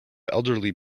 elderly